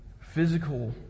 physical